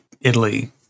Italy